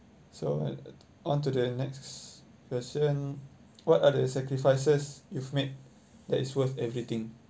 so uh onto the next question what are the sacrifices you've made that is worth everything